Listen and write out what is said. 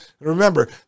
Remember